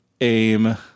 AIM